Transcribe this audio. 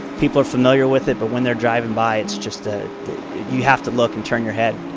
people are familiar with it but when they're driving by it's just that you have to look and turn your head